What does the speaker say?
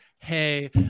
hey